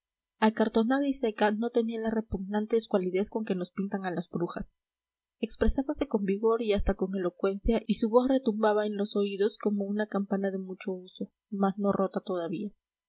acartonada y seca no tenía la repugnante escualidez con que nos pintan a las brujas expresábase con vigor y hasta con elocuencia y su voz retumbaba en los oídos como una campana de mucho uso mas no rota todavía